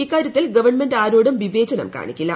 ഇക്കാര്യത്തിൽ ഗവൺമെന്റ് ആരോടും വിവേചനം കാണിക്കില്ല